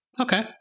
Okay